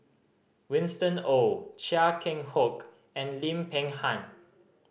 Winston Oh Chia Keng Hock and Lim Peng Han